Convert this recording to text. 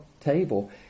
table